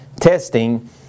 testing